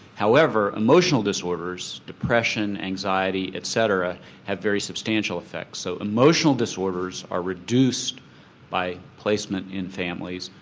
however, emotional disorders, depression, anxiety etc have very substantial effects, so emotional disorders are reduced by placement in families,